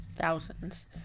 Thousands